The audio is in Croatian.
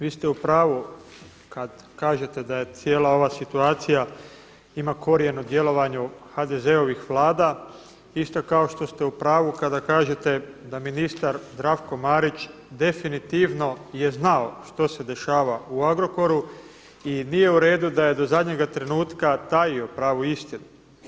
Vi ste u pravu kad kažete da je cijela ova situacija ima korijen u djelovanju HDZ-ovih vlada, isto kao što ste u pravu kada kažete da ministar Zdravko Marić definitivno je znao što se dešava u Agrokoru i nije u redu da je do zadnjega trenutka tajio pravu istinu.